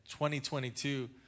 2022